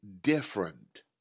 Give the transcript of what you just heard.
different